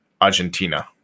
Argentina